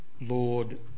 Lord